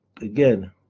again